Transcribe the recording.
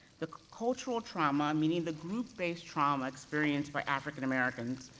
the cultural trauma, meaning the group-based trauma experienced by african americans,